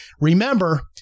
Remember